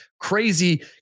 crazy